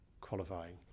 qualifying